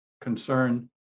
concern